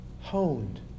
honed